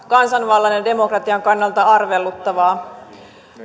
kansanvallan ja ja demokratian kannalta arveluttavaa